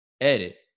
edit